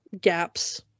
gaps